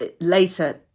later